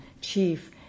chief